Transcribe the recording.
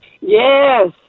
Yes